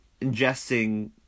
ingesting